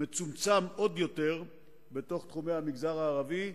והוא מצומצם עוד יותר בתחומי המגזר הערבי,